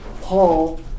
Paul